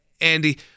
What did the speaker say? Andy